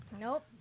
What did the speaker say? Nope